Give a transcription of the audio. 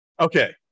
Okay